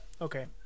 Okay